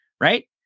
right